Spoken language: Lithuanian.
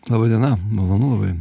laba diena malonu labai